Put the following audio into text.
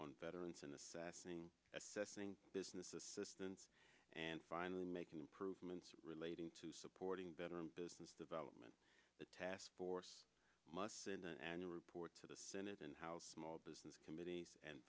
on veterans in assessing assessing business assistance and finally making improvements relating to supporting veteran business development the task force must say in an annual report to the senate and house small business committees and